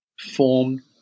form